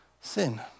sin